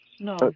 No